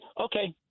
Okay